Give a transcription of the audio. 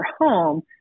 home